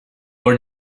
were